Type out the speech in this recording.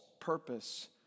purpose